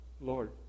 Lord